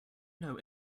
know